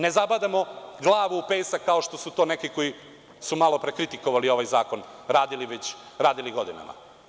Ne zabadamo glavu u pesak kao što su to neki koji su malopre kritikovali ovaj zakon radili godinama.